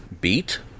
beat